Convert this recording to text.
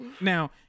now